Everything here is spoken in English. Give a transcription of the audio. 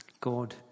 God